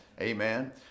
Amen